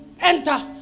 enter